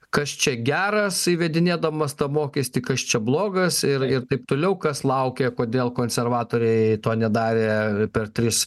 kas čia geras įvedinėdamas tą mokestį kas čia blogas ir ir taip toliau kas laukia kodėl konservatoriai to nedarė per tris